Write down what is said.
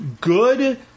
good